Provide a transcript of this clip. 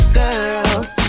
girls